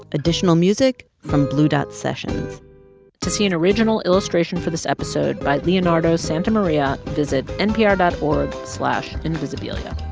additional music from blue dot sessions to see an original illustration for this episode by leonardo santamaria, visit npr dot org slash invisibilia.